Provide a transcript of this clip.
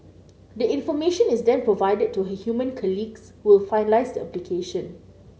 the information is then provided to her human colleagues who will finalize the application